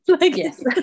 yes